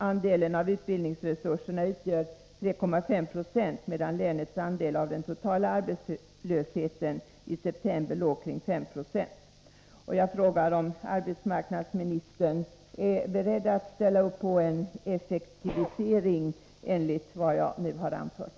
Andelen av utbildningsresurserna utgör 3,5 96, medan länets andel av den totala arbetslösheten i september låg kring 5 90. Är arbetsmarknadsministern beredd att ställa upp på en effektivisering i enlighet med vad jag nu har anfört?